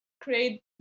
create